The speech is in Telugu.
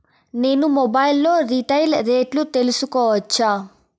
నేను మొబైల్ లో రీటైల్ రేట్లు తెలుసుకోవచ్చా?